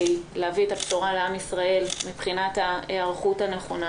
להביא את הבשורה לעם ישראל מבחינת ההיערכות הנכונה.